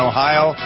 Ohio